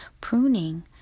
pruning